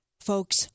Folks